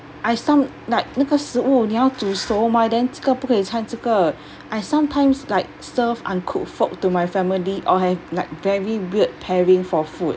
I some like 那个食物你要煮熟 mah then 这个不可以参这个 I sometimes like serve uncook food to my family or have like very weird pairing for food